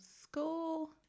School